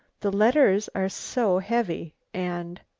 the letters are so heavy and